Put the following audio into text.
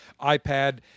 iPad